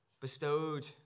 bestowed